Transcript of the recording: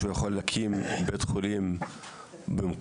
והוא יכול להקים בית חולים במקום?